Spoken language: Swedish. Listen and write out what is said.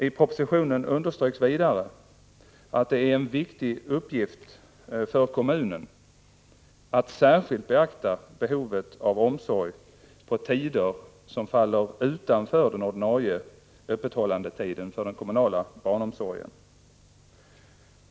I propositionen understryks vidare att det är en viktig uppgift för kommunen att särskilt beakta behovet av omsorg på tider som faller utanför den ordinarie öppethållandetiden för den kommunala barnomsorgen.